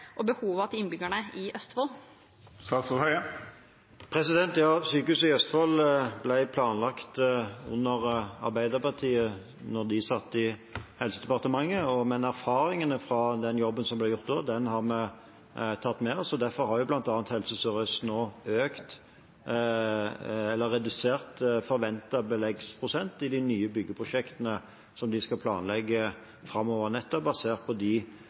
og behovene til innbyggerne i Østfold? Sykehuset i Østfold ble planlagt under Arbeiderpartiet, da de satt i Helsedepartementet, men erfaringene fra den jobben som ble gjort da, har vi tatt med oss. Derfor har bl.a. Helse Sør-Øst nå redusert forventet beleggsprosent i de nye byggeprosjektene som de skal planlegge framover, basert på de